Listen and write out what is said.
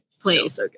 please